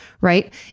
right